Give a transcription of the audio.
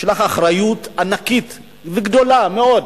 יש לך אחריות ענקית וגדולה מאוד,